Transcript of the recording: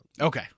Okay